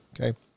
Okay